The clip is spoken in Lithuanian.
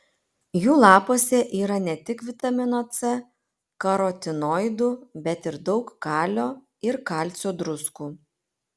jų lapuose yra ne tik vitamino c karotinoidų bet ir daug kalio ir kalcio druskų